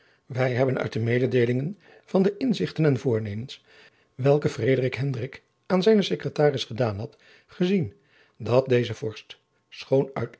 wij hebben uit de mededeeling van de inzichten en voornemens welke frederik hendrik aan zijnen secretaris gedaan had gezien dat deze vorst schoon